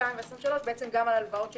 מהכנסות ה-22,